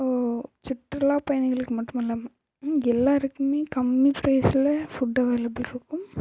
ஓ சுற்றுலா பயணிகளுக்கு மட்டுமல்லாமல் எல்லோருக்குமே கம்மி ப்ரைஸில் ஃபுட்டு அவைலபிள் இருக்கும்